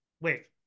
wait